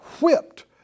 whipped